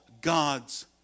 God's